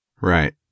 Right